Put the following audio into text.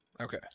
Okay